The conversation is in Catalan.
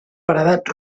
paredat